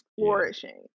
flourishing